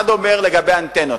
אחד אומר לגבי אנטנות,